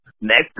next